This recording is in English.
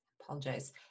apologize